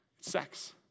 Sex